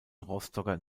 rostocker